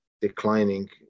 declining